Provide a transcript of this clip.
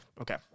Okay